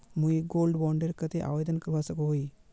मुई gold bond डेर केते आवेदन करवा सकोहो ही?